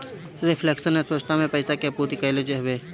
reflection अर्थव्यवस्था में पईसा के आपूर्ति कईल हवे